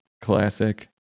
classic